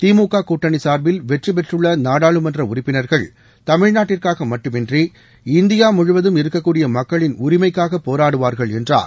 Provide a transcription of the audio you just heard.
திமுக கூட்டணி சார்பில் வெற்றி பெற்றுள்ள நாடாளுமன்ற உறுப்பினர்கள் தமிழ்நாட்டுக்காக மட்டுமின்றி இந்தியா முழுவதும் இருக்கக்கூடிய மக்களின் உரிமைக்காக போராடுவார்கள் என்றார்